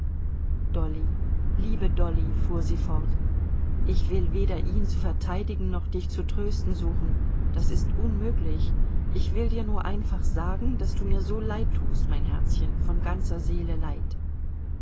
dolly liebe dolly fuhr sie fort ich will weder ihn zu verteidigen noch dich zu trösten suchen das ist unmöglich ich will dir nur einfach sagen daß du mir so leid tust mein herzchen von ganzer seele leid